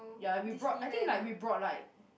ya we brought I think like we brought like